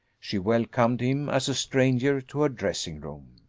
she welcomed him as a stranger to her dressing-room.